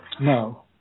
No